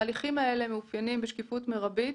ההליכים האלה מאופיינים בשקיפות מרבית,